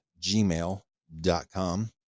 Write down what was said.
gmail.com